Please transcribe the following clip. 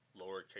lowercase